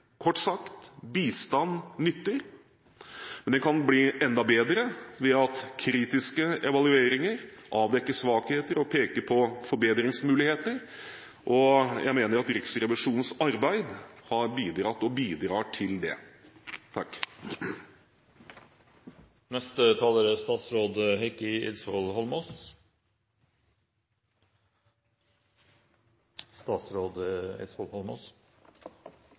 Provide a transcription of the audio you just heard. Kort sagt: Bistand nytter. Den kan bli enda bedre ved at kritiske evalueringer avdekker svakheter og peker på forbedringsmuligheter, og jeg mener at Riksrevisjonens arbeid har bidratt og bidrar til det. Jeg vil gjerne si tusen takk